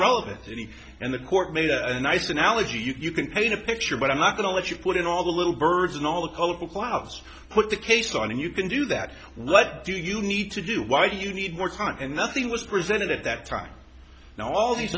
relevant to any and the court made a nice analogy you can paint a picture but i'm not going to let you put in all the little birds and all the cocoa clubs put the case on and you can do that what do you need to do why do you need more time and nothing was presented at that time now all these